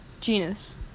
Genus